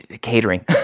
catering